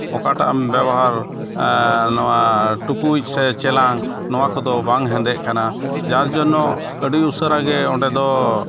ᱚᱠᱟᱴᱟᱜ ᱮᱢ ᱵᱮᱵᱚᱦᱟᱨ ᱱᱚᱣᱟ ᱴᱩᱠᱩᱡ ᱥᱮ ᱪᱮᱞᱟᱝ ᱱᱚᱣᱟ ᱠᱚᱫᱚ ᱵᱟᱝ ᱦᱮᱸᱫᱮᱜ ᱠᱟᱱᱟ ᱡᱟᱨ ᱡᱚᱱᱱᱚ ᱟᱹᱰᱤ ᱩᱥᱟᱹᱨᱟ ᱜᱮ ᱚᱸᱰᱮ ᱫᱚ